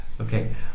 Okay